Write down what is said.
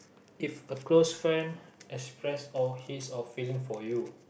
if a close friend express or his or feeling for you